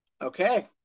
Okay